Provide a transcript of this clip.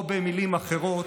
או במילים אחרות,